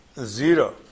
Zero